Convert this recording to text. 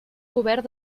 cobert